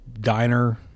diner